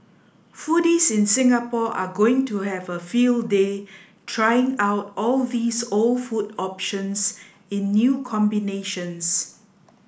foodies in Singapore are going to have a field day trying out all these old food options in new combinations